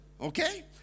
okay